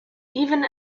even